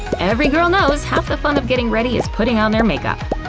every girl knows half the fun of getting ready is putting on their makeup.